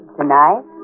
Tonight